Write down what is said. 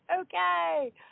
Okay